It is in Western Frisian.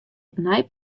opnij